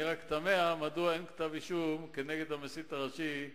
אני רק תמה מדוע אין כתב אישום כנגד המסית הראשי,